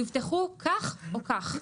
יובטחו כך או כך.